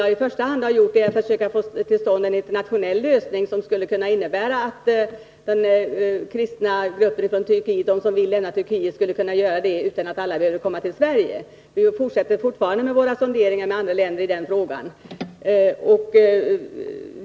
Jag har i första hand försökt att få till en stånd en internationell lösning, som skulle kunna innebära att de kristna i Turkiet som vill lämna landet skulle kunna göra detta utan att för den skull behöva komma till Sverige. Vi fortsätter fortfarande våra sonderingar i andra länder när det gäller den här frågan.